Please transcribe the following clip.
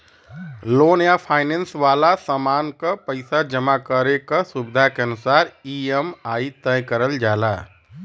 loan या finance वाला सामान क पइसा जमा करे क सुविधा के अनुसार ई.एम.आई तय करल जाला